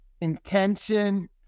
intention